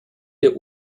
der